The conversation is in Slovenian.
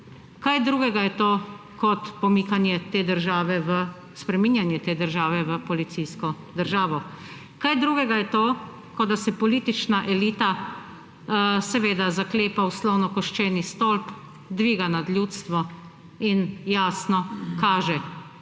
te države, spreminjanje te države v policijsko državo? Kaj drugega je to, kot da se politična elita zaklepa v slonokoščeni stolp, dviga nad ljudstvo in jasno kaže: